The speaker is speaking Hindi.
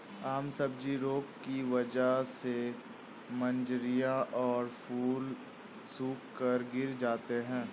आम सब्जी रोग की वजह से मंजरियां और फूल सूखकर गिर जाते हैं